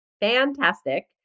Fantastic